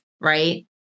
right